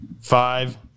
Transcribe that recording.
Five